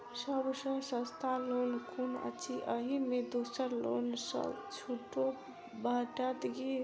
सब सँ सस्ता लोन कुन अछि अहि मे दोसर लोन सँ छुटो भेटत की?